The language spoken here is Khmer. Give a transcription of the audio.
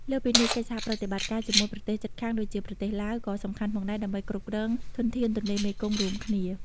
លើសពីនេះ កិច្ចសហប្រតិបត្តិការជាមួយប្រទេសជិតខាង ដូចជាប្រទេសឡាវ ក៏សំខាន់ផងដែរ ដើម្បីគ្រប់គ្រងធនធានទន្លេមេគង្គរួមគ្នា។